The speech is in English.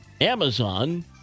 Amazon